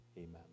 Amen